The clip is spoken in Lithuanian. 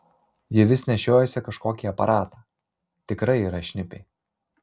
ji vis nešiojasi kažkokį aparatą tikrai yra šnipė